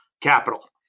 capital